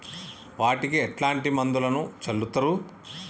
వాటికి ఎట్లాంటి మందులను చల్లుతరు?